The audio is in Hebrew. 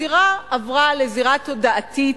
הזירה עברה לזירה תודעתית,